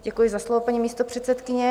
Děkuji za slovo, paní místopředsedkyně.